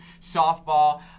softball